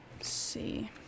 see